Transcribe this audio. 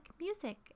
music